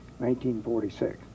1946